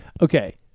Okay